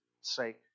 sake